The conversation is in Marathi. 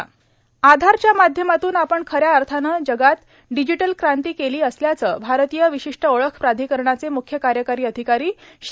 आधारच्या माध्यमातून आपण खऱ्या अर्थानं जगात डिजीटल क्रांती केली असल्याचं भारतीय विशिष्ट ओळख प्राधिकरणाचे म्ख्य कार्यकारी अधिकारी श्री